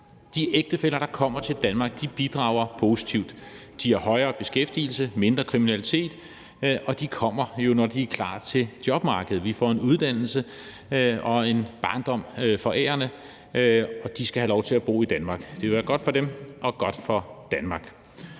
De ægtefæller, der kommer til Danmark, bidrager positivt. De har højere beskæftigelse, begår mindre kriminalitet, og de kommer jo, når de er klar til jobmarkedet. Vi får en uddannelse og en barndom forærende, og de skal have lov til at bo i Danmark. Det vil være godt for dem, og det vil være